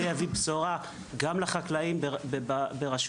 החוק הזה יביא בשורה גם לחקלאים ברשויות